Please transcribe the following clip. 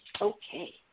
Okay